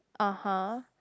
(uh huh)